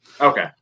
Okay